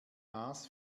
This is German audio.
maß